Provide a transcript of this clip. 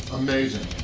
amazing.